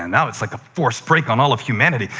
and now it's like a forced break on all of humanity.